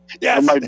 Yes